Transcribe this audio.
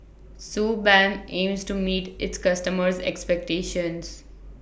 Suu Balm aims to meet its customers' expectations